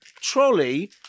trolley